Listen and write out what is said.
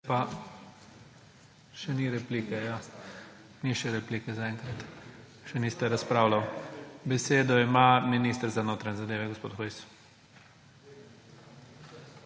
Še ni replike. Ni še replike zaenkrat. Še niste razpravljali. Besedo ima minister za notranje zadeve, gospod Hojs.